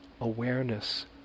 awareness